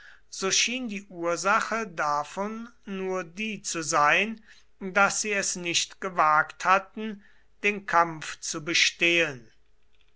so schien die ursache davon nur die zu sein daß sie es nicht gewagt hatten den kampf zu bestehen